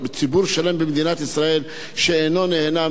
ישראל שאינו נהנה מהשידורים הכלליים,